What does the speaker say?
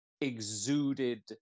exuded